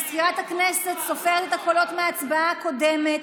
מזכירת הכנסת סופרת את הקולות מההצבעה הקודמת.